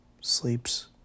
Sleeps